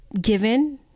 given